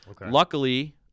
luckily